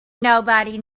nobody